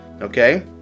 okay